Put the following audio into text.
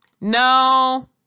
No